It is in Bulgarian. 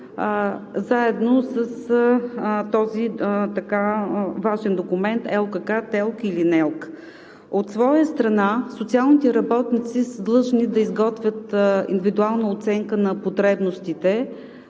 заедно с този така важен документ – ЛКК, ТЕЛК или НЕЛК. От своя страна социалните работници са длъжни да изготвят индивидуална оценка на потребностите